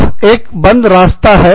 वहां एक बंद रहता है